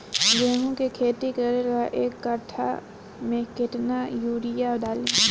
गेहूं के खेती करे ला एक काठा में केतना युरीयाँ डाली?